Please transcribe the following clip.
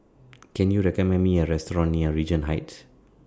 Can YOU recommend Me A Restaurant near Regent Heights